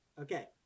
Okay